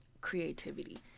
creativity